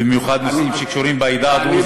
במיוחד נושאים שקשורים בעדה הדרוזית.